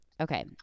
okay